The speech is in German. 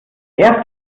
erste